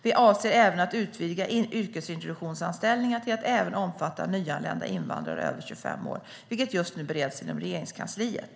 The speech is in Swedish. Vi avser också att utvidga yrkesintroduktionsanställningar till att även omfatta nyanlända invandrare över 25 år, vilket just nu bereds inom Regeringskansliet.